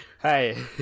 Hey